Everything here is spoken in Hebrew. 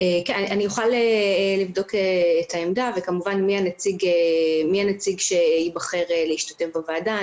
אני אוכל לבדוק את העמדה וכמובן מי הנציג שייבחר להשתתף בוועדה.